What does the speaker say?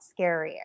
scarier